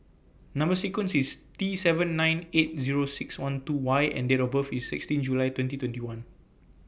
Number sequence IS T seven nine eight Zero six one two Y and Date of birth IS sixteen July twenty twenty one